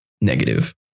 negative